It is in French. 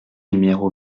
numéro